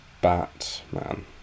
Batman